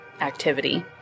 activity